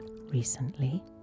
recently